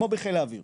כמו בחיל האוויר,